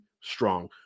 strong